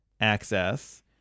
access